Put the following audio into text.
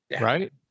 right